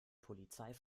polizei